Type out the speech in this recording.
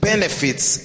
benefits